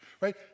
right